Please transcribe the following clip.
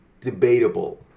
debatable